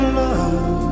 love